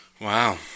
Wow